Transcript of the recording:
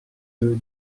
deux